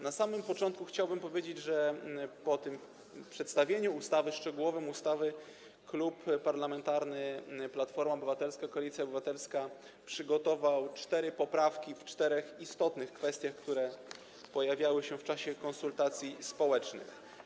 Na samym początku chciałbym powiedzieć, że po tym szczegółowym przedstawieniu ustawy Klub Parlamentarny Platforma Obywatelska - Koalicja Obywatelska przygotował cztery poprawki w czterech istotnych kwestiach, które pojawiały się w czasie konsultacji społecznych.